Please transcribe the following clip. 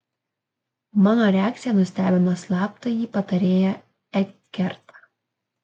mano reakcija nustebino slaptąjį patarėją ekertą